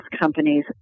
companies